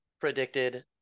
predicted